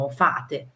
fate